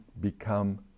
become